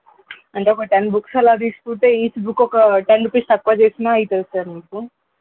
అంటే ఒక ten books అలా తీసుకుంటే ఈచ్ బుక్ ఒక టెన్ రూపీస్ తక్కువ చేసిన అవుతుంది సార్ మీకు